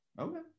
Okay